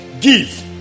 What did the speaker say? give